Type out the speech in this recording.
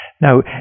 now